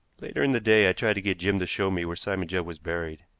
later in the day i tried to get jim to show me where simon judd was buried.